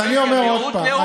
אז אני אומר עוד פעם.